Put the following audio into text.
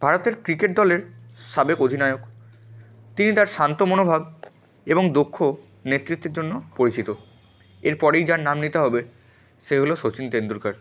ভারতের ক্রিকেট দলের সাবেক অধিনায়ক তিনি তার শান্ত মনোভাব এবং দক্ষ নেতৃত্বের জন্য পরিচিত এরপরেই যার নাম নিতে হবে সে হলো শচীন তেন্ডুলকর